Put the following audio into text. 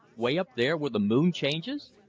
way up there where the moon changes!